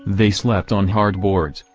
they slept on hard boards,